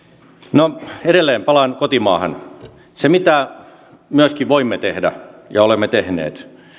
no edelleen palaan kotimaahan se mitä myöskin voimme tehdä ja olemme tehneet